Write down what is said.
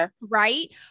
right